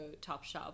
Topshop